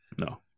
No